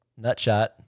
Nutshot